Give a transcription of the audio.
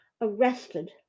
arrested